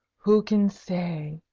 who can say?